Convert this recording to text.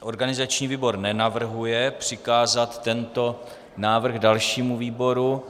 Organizační výbor nenavrhuje přikázat tento návrh dalšímu výboru.